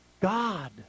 God